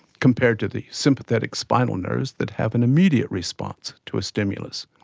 compared to the sympathetic spinal nerves that have an immediate response to a stimulus.